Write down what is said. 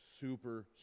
super